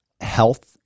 health